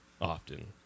often